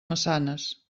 maçanes